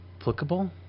applicable